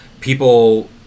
people